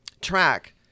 track